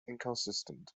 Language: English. inconsistent